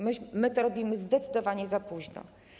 My to robimy zdecydowanie za późno.